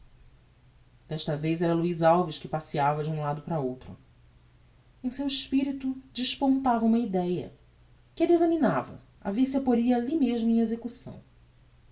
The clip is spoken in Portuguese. desta vez era luiz alves que passeava de um lado para outro em seu espirito despontava uma ideia que elle examinava a ver se a poria alli mesmo em execução